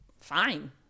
fine